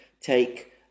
take